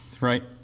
right